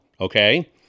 okay